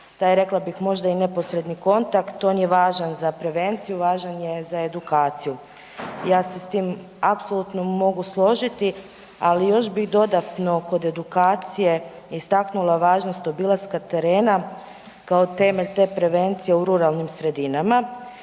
rekla bih možda i neposredni kontakt on je važan za prevenciju i važan za edukaciju. Ja se s tim apsolutno mogu složiti, ali još bih dodatno kod edukacije istaknula važnost obilaska terena kao temelj te prevencije u ruralnim sredinama